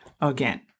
again